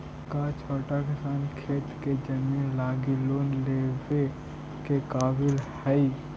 का छोटा किसान खेती के जमीन लगी लोन लेवे के काबिल हई?